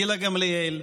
גילה גמליאל,